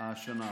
השנה האחרונה.